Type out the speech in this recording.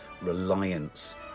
reliance